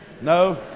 no